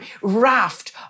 raft